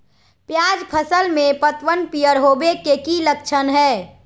प्याज फसल में पतबन पियर होवे के की लक्षण हय?